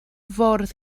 fwrdd